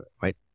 right